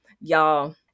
Y'all